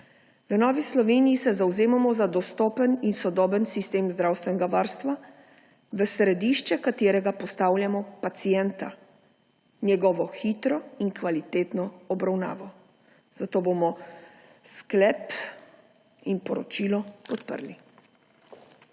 V Novi Sloveniji se zavzemamo za dostopen in sodoben sistem zdravstvenega varstva, v središče katerega postavljamo pacienta, njegovo hitro in kvalitetno obravnavo. Zato bomo sklep in poročilo podprli.